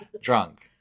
drunk